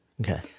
Okay